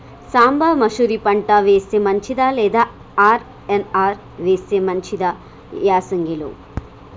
సాంబ మషూరి పంట వేస్తే మంచిదా లేదా ఆర్.ఎన్.ఆర్ వేస్తే మంచిదా యాసంగి లో?